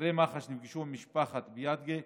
חוקרי מח"ש נפגשו עם משפחת ביאדגה